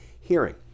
hearing